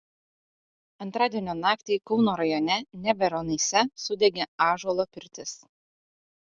antradienio naktį kauno rajone neveronyse sudegė ąžuolo pirtis